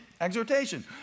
exhortation